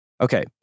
Okay